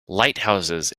lighthouses